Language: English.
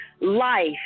life